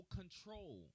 control